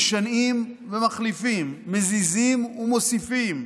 משנעים ומחליפים, מזיזים ומוסיפים,